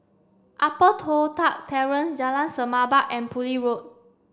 Upper Toh Tuck Terrace Jalan Semerbak and Poole Road